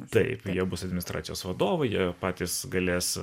taip jie bus administracijos vadovai jie patys galės